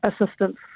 assistance